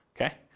okay